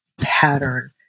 pattern